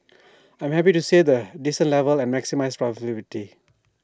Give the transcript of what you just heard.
I'm happy to stay at A decent level and maximise profitability